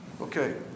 Okay